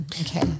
Okay